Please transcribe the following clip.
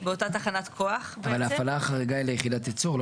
באותה תחנת כוח --- אבל ההפעלה החריגה היא ליחידת ייצור.